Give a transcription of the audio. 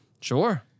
Sure